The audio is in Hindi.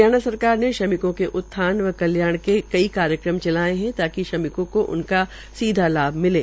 हरियाणा सरकार ने श्रमिं के उत्थान व कल्याण के कई कार्यक्रम चलाये है ताकि श्रमिकों को इनका सीधा लाभ मिले